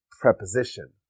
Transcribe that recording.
Preposition